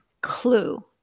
clue